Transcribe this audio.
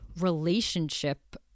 relationship